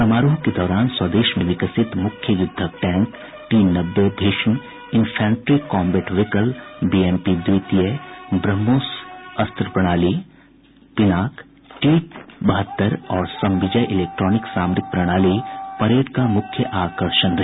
समारोह के दौरान स्वदेश में विकसित मुख्य युद्धक टैंक टी नब्बे Bhishma infantry combat vehicle BMP द्वितीय ब्रह्मोस अस्त्र प्रणाली पिनाक टैंक टी बहत्तर और समविजय इलेक्ट्रॉनिक सामरिक प्रणाली परेड का मुख्य आकर्षण रहे